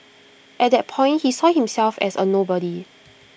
at that point he saw himself as A nobody